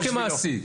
לא כמעסיק.